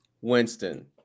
Winston